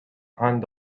hand